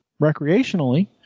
recreationally